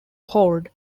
horde